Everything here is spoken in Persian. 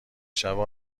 شبه